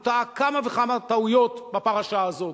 הוא טעה כמה וכמה טעויות בפרשה הזאת,